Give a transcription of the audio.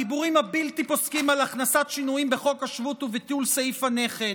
הדיבורים הבלתי-פוסקים על הכנסת שינויים בחוק השבות וביטול סעיף הנכד,